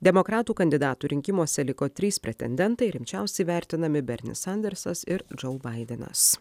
demokratų kandidatų rinkimuose liko trys pretendentai rimčiausiai vertinami bernis andersas ir džau baidenas